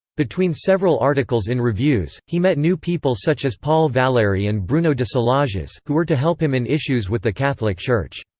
between several articles in reviews, he met new people such as paul valery and bruno de solages, who were to help him in issues with the catholic church.